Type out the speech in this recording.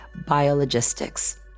Biologistics